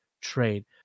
trade